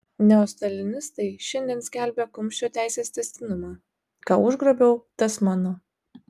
neostalinistai šiandien skelbia kumščio teisės tęstinumą ką užgrobiau tas mano